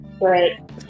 Right